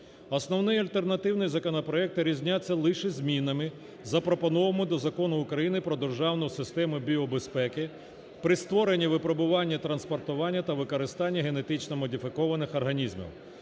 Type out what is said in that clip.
Основний і альтернативний законопроекти різняться лише змінами, запропонованими до Закону України "Про державну систему біобезпеки при створенні, випробуванні, транспортуванні та використанні генетично модифікованих організмів",